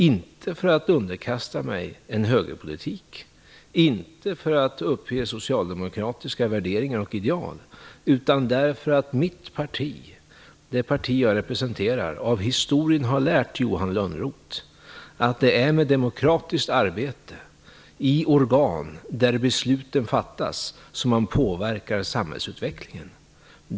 Inte för att underkasta mig en högerpolitik, inte för att uppge socialdemokratiska värderingar och ideal, utan därför att det parti jag representerar av historien har lärt, Johan Lönnroth, att det är med demokratiskt arbete i organ där besluten fattas som man påverkar samhällsutvecklingen.